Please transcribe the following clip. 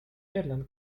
airline